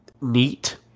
neat